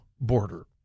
border